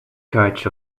coach